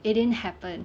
it didn't happen